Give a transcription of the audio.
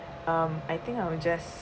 um I think I would just